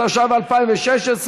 התשע"ו 2016,